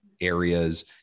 areas